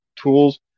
tools